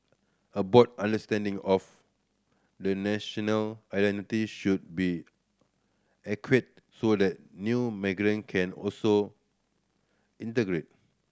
a broad understanding of the national identity should be so that new migrant can also integrate